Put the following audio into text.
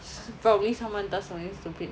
probably someone does something stupid